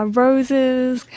roses